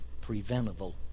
preventable